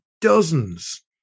dozens